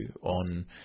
on